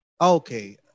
Okay